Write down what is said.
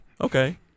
Okay